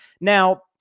Now